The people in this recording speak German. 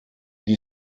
die